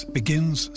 begins